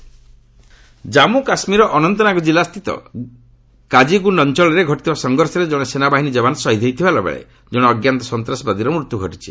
JK gunfight Jammu କାଶ୍ମୀରର ଅନନ୍ତନାଗ କିଲ୍ଲାସ୍ଥିତ ଗାଜିଗୁଣ୍ଡ ଅଞ୍ଚଳରେ ଘଟିଥିବା ସଂଘର୍ଷରେ ଜଣେ ସେନାବାହିନୀ ଯବାନ ଶହୀଦ ହୋଇଥିବା ବେଳେ ଜଣେ ଅଜ୍ଞାତ ସନ୍ତ୍ରାସବାଦୀର ମୃତ୍ୟୁ ଘଟିଛି